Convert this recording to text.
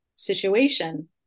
situation